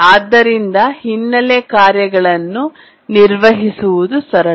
ಆದ್ದರಿಂದ ಹಿನ್ನೆಲೆ ಕಾರ್ಯಗಳನ್ನು ನಿರ್ವಹಿಸುವುದು ಸರಳ